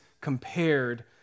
compared